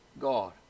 God